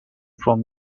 from